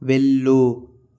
వెళ్ళు